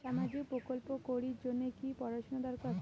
সামাজিক প্রকল্প করির জন্যে কি পড়াশুনা দরকার?